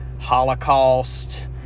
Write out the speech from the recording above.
Holocaust